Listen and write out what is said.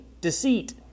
Deceit